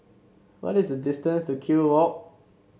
what is the distance to Kew Walk